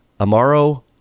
Amaro